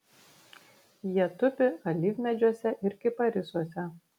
jie tupi alyvmedžiuose ir kiparisuose